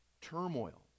turmoil